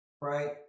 Right